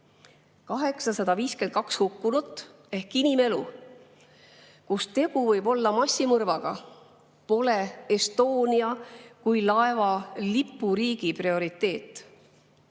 852 hukkunut ehk [kadunud] inimelu, kui tegu võib olla massimõrvaga, pole [Eesti] kui laeva lipuriigi prioriteet!